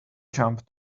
jump